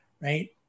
right